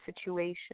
situation